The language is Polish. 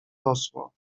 rosło